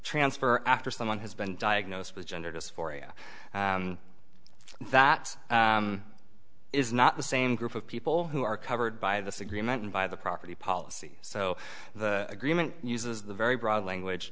transfer after someone has been diagnosed with gender dysphoria that is not the same group of people who are covered by this agreement and by the property policy so the agreement uses the very broad language